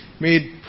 made